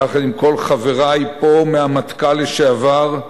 יחד עם כל חברי פה מהמטכ"ל לשעבר,